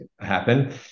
happen